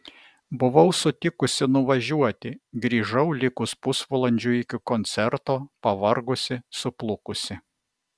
buvau sutikusi nuvažiuoti grįžau likus pusvalandžiui iki koncerto pavargusi suplukusi